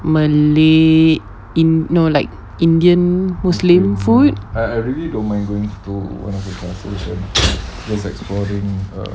malay in no like indian muslim food